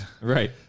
Right